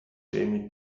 jamie